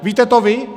Víte to vy?